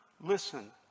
listen